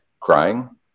crying